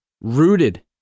rooted